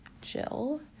Jill